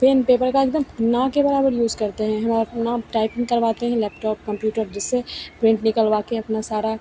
pen paper का एकदम ना के बराबर यूज़ करते हैं हम अपना टाइपिंग करवाते हैं लैपटॉप कंप्यूटर जिससे प्रिन्ट निकलवाकर अपना सारा